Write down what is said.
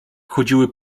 chodziły